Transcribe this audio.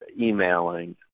emailing